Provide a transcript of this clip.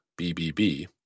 BBB